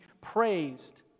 praised